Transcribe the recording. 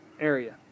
area